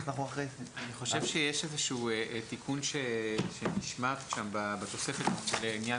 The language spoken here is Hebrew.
אני חושב שיש איזשהו תיקון שנשמט בתוספת לעניין